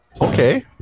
Okay